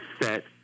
set